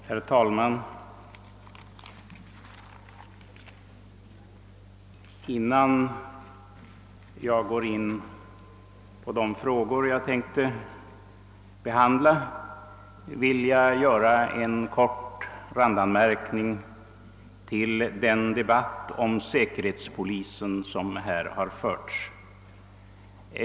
Herr talman! Innan jag går in på de frågor jag tänkte behandla vill jag göra en kort randanmärkning till den debatt om säkerhetspolisen som här har förts.